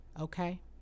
Okay